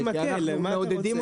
זה חתיכת מקל, מה אתה רוצה.